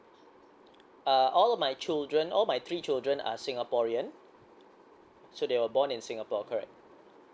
uh all of my children all my three children are singaporean so they were born in singapore correct